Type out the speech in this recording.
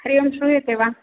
हरिः ओं श्रूयते वा